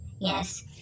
Yes